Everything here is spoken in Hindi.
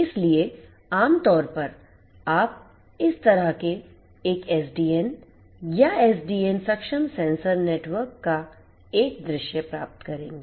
इसलिए आमतौर पर आप इस तरह के एक SDN या SDN सक्षम सेंसर नेटवर्क का एक दृश्य प्राप्त करेंगे